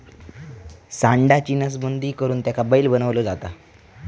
सांडाची नसबंदी करुन त्याका बैल बनवलो जाता